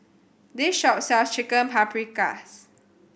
this shop sells Chicken Paprikas